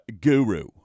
guru